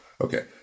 Okay